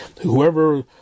Whoever